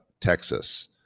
Texas